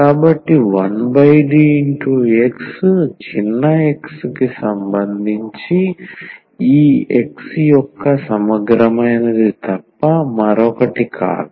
కాబట్టి 1DX చిన్న x కి సంబంధించి ఈ X యొక్క సమగ్రమైనది తప్ప మరొకటి కాదు